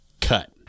Cut